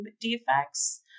defects